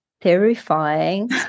terrifying